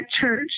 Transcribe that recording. church